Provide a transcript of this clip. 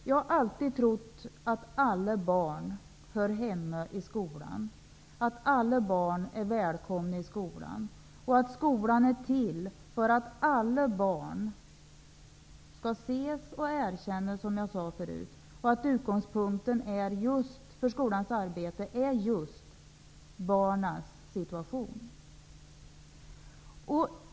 Jag har alltid trott att alla barn hör hemma i skolan, att alla barn är välkomna i skolan, att skolan är till för att alla barn skall ses och erkännas, som jag sade förut, och att utgångspunkten för skolans arbete är just barnens situation.